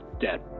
dead